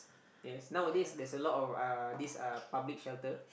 yes nowadays there're a lot of uh this uh public shelter